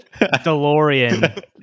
DeLorean